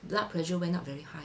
blood pressure went up very high